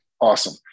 Awesome